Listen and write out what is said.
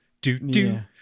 do-do